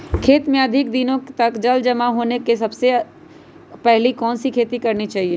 खेत में अधिक दिनों तक जल जमाओ होने के बाद सबसे पहली कौन सी खेती करनी चाहिए?